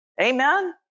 Amen